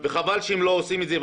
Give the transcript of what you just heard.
חבל שהם לא עושים את זה,